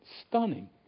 Stunning